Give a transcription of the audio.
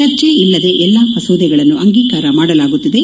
ಚರ್ಚೆ ಇಲ್ಲದೆ ಎಲ್ಲಾ ಮಸೂದೆಗಳನ್ನು ಅಂಗೀಕಾರ ಮಾಡಲಾಗುತ್ತಿದೆ